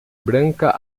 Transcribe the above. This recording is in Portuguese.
branca